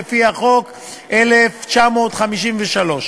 1 11,